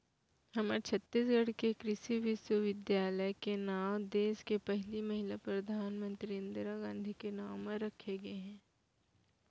हमर छत्तीसगढ़ के कृषि बिस्वबिद्यालय के नांव देस के पहिली महिला परधानमंतरी इंदिरा गांधी के नांव म राखे गे हे